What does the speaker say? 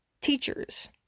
teachers